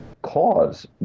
cause